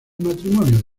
matrimonio